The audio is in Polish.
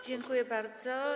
Dziękuję bardzo.